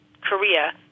Korea